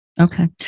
Okay